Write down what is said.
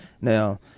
Now